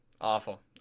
Awful